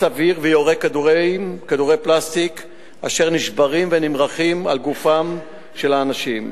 אוויר ויורה כדורי פלסטיק אשר נשברים ונמרחים על גופם של האנשים.